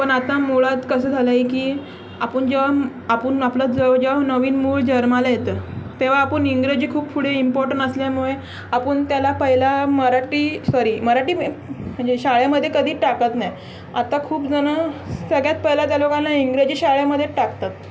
पण आता मुळात कसं झालं आहे की आपण जेव्हा आपण आपला जवळ जेव्हा नवीन मूळ जर्माला येतं तेव्हा आपण इंग्रजी खूप पुढे इम्पॉर्टंट असल्यामुळे आपण त्याला पहिला मराठी सॉरी मराठी म्हणजे शाळेमध्ये कधी टाकत नाही आता खूप जणं सगळ्यात पहिला त्या लोकांना इंग्रजी शाळेमध्ये टाकतात